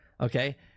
Okay